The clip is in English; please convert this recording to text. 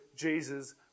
Jesus